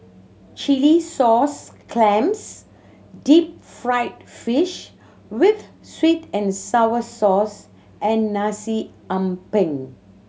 chilli sauce clams deep fried fish with sweet and sour sauce and Nasi Ambeng